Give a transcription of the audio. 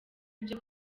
ibyo